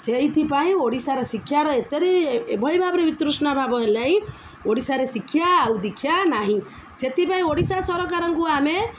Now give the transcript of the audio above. ସେଇଥିପାଇଁ ଓଡ଼ିଶାର ଶିକ୍ଷାର ଏତେ ଏଭଳି ଭାବରେ ବିତୃଷ୍ଣା ଭାବ ହେଲାଣି ଓଡ଼ିଶାରେ ଶିକ୍ଷା ଆଉ ଦୀକ୍ଷା ନାହିଁ ସେଥିପାଇଁ ଓଡ଼ିଶା ସରକାରଙ୍କୁ ଆମେ